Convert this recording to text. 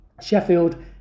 Sheffield